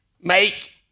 make